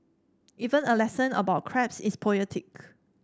even a lesson about crabs is poetic